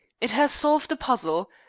it has solved a puzzle.